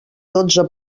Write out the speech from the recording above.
dotze